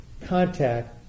contact